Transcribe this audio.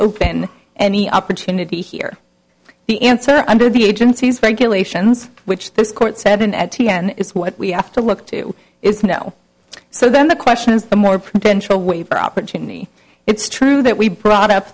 open any opportunity here the answer under the agency's regulations which this court seven at t n is what we have to look to is no so then the question is the more potential waiver opportunity it's true that we brought up